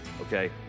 Okay